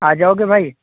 آ جاؤ گے بھائی